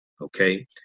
okay